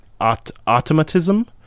automatism